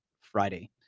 Friday